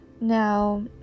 Now